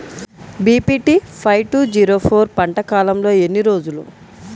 BPT five two zero four పంట కాలంలో ఎన్ని రోజులు?